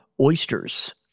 oysters